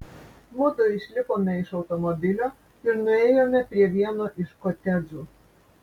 mudu išlipome iš automobilio ir nuėjome prie vieno iš kotedžų